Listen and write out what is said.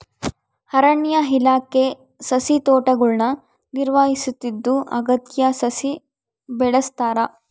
ಅರಣ್ಯ ಇಲಾಖೆ ಸಸಿತೋಟಗುಳ್ನ ನಿರ್ವಹಿಸುತ್ತಿದ್ದು ಅಗತ್ಯ ಸಸಿ ಬೆಳೆಸ್ತಾರ